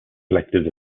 collected